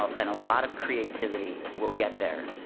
and a lot of creativity, we'll get there.